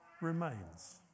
remains